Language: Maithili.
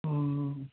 हूँ